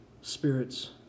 spirits